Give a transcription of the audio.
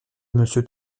monsieur